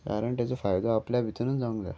कारण तेचो फायदो आपल्या भितरूच जावंक जाय